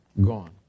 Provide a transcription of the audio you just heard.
Gone